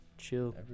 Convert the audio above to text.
chill